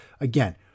again